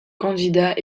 candidat